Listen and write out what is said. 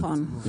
נכון.